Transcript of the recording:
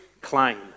claim